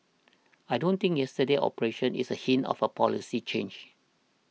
I don't think yesterday's operation is a hint of a policy change